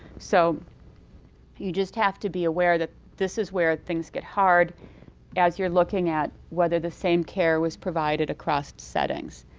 so you just have to be aware that this is where things get hard as you're looking at whether the same care was provided across settings.